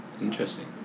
interesting